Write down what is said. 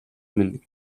минь